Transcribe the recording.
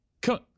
come